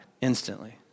instantly